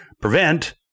prevent